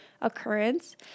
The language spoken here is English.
occurrence